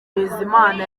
bizimana